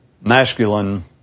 masculine